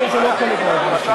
צודקת.